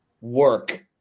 work –